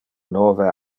nove